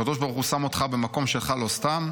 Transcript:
הקדוש ברוך הוא שם אותך במקום שלך לא סתם,